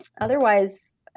otherwise